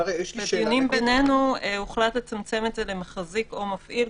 אם בינינו הוחלט לצמצם את זה למחזיק או מפעיל,